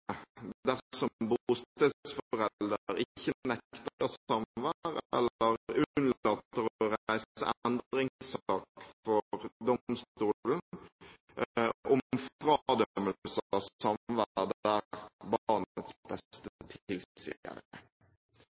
dersom bostedsforelder ikke nekter samvær eller unnlater å reise endringssak for domstolen om fradømmelse av samvær der